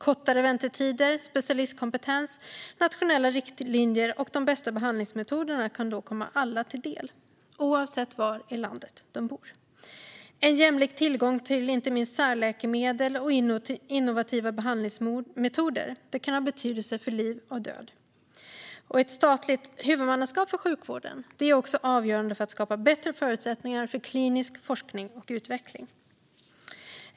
Kortare väntetider, specialistkompetens, nationella riktlinjer och de bästa behandlingsmetoderna kan då komma alla till del, oavsett var i landet de bor. En jämlik tillgång till inte minst särläkemedel och innovativa behandlingsmetoder kan ha betydelse för liv och död. Ett statligt huvudmannaskap för sjukvården är också avgörande för att skapa bättre förutsättningar för klinisk forskning och utveckling.